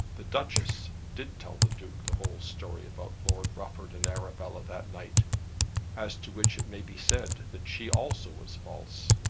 the duchess did tell the duke the whole story about lord rufford and arabella that night as to which it may be said that she also was false.